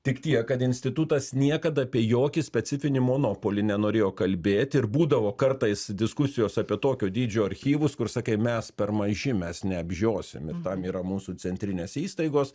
tik tiek kad institutas niekad apie jokį specifinį monopolį nenorėjo kalbėt ir būdavo kartais diskusijos apie tokio dydžio archyvus kur sakai mes per maži mes neapžiosim ir tam yra mūsų centrinės įstaigos